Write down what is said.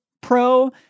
pro